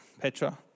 Petra